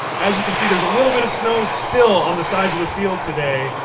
as you can see there's a little bit of snow still on the sides of the field today.